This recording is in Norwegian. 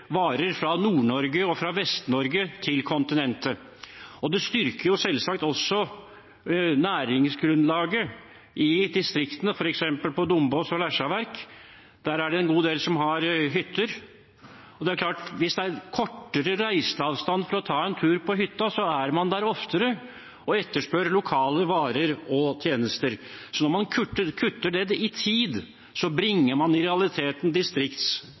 varer fra Nord-Norge og Vest-Norge til kontinentet. Det styrker selvsagt også næringsgrunnlaget i distriktene, f.eks. på Dombås og Lesjaverk. Der er det en god del som har hytter. Hvis det er kortere reiseavstand for å ta en tur på hytta, er man der oftere og etterspør lokale varer og tjenester. Når man kutter dette i tid, bringer man i realiteten